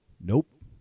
Nope